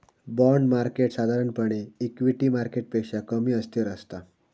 bond market साधारणपणे equity मार्केटपेक्षा कमी अस्थिर असता